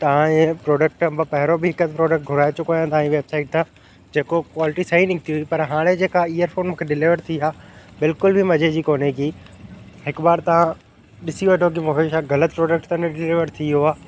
तव्हां ईअं प्रोडक्ट पहिरियों बि हिकु प्रोडक्ट घुराए चुको आहियां तव्हांजी वैबसाइट तां जेको क्वालिटी सही निकिती हुई पर हाणे जेका ईयरफोन मूंखे डिलीवर थी आहे बिल्कुल बि मज़े जी कोन्हे की हिकु बार तव्हां ॾिसी वठो की मूंखे छा ग़लति प्रोडक्ट त न डिलीवर थी वियो आहे